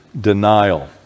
denial